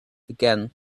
again